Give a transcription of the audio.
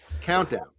Countdown